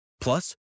Plus